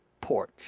porch